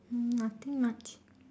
hmm nothing much